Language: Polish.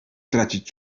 tracić